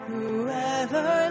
Whoever